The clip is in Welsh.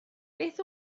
beth